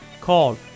called